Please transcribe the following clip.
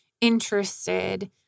interested